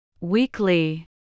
Weekly